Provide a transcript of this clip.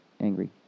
angry